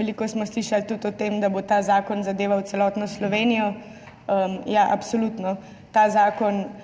Veliko smo slišali tudi o tem, da bo ta zakon zadeval celotno Slovenijo. Ja, absolutno. Borimo